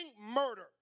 murder